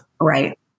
Right